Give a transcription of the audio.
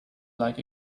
like